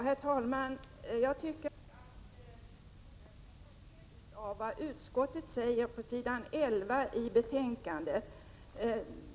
Herr talman! Jag tycker att Gudrun Norberg skall ta del av vad utskottet säger på s. 11 i betänkandet.